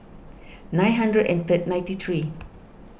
nine hundred and third ninety three